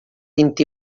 vint